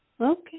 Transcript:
Okay